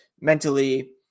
mentally